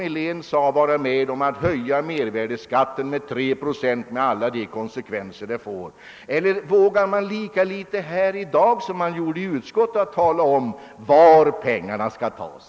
Skall de, som herr Helén vill, höja mervärdeskatten med 3 procent, eller vågar man lika litet i dag som i utskottet tala om var pengarna skall tas?